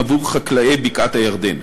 עבור חקלאי בקעת-הירדן.